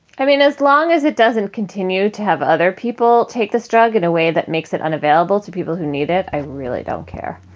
i mean, as long as it doesn't continue to have other people take this drug in a way that makes it unavailable to people who need it, i really don't care